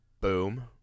Boom